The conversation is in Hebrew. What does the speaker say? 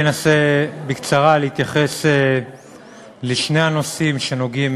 אנסה להתייחס בקצרה לשני הנושאים שנוגעים